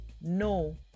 No